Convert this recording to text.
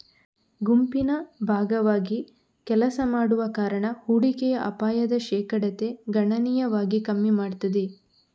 ಗುಂಪಿನ ಭಾಗವಾಗಿ ಕೆಲಸ ಮಾಡುವ ಕಾರಣ ಹೂಡಿಕೆಯ ಅಪಾಯದ ಶೇಕಡತೆ ಗಣನೀಯವಾಗಿ ಕಮ್ಮಿ ಮಾಡ್ತದೆ